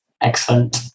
Excellent